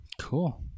Cool